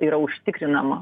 yra užtikrinama